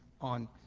on